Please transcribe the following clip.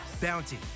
bounty